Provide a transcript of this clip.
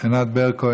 ענת ברקו,